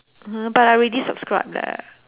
!huh! but I already subscribed leh